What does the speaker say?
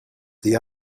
the